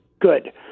good